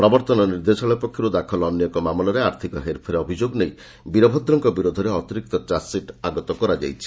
ପ୍ରବର୍ତ୍ତନ ନିର୍ଦ୍ଦେଶାଳୟ ପକ୍ଷରୁ ଦାଖଲ ଅନ୍ୟ ଏକ ମାମଲାରେ ଆର୍ଥକ ହେର୍ଫେର୍ ଅଭିଯୋଗ ନେି ବୀରଭଦ୍ରଙ୍କ ବିରୋଧରେ ଅତିରିକ୍ତ ଚାର୍ଜସିଟ୍ ଆଗତ କରାଯାଇଛି